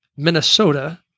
Minnesota